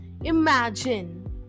Imagine